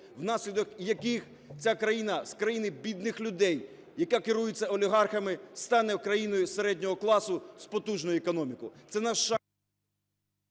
внаслідок яких ця країна з країни бідних людей, яка керується олігархами, стане країною середнього класу з потужною економікою.